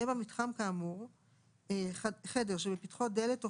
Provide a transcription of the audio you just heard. יהיה במתחם כאמור חדר שבפתחו דלת או